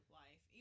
life